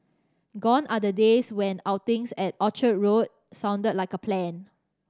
gone are the days when outings at Orchard Road sounded like a plan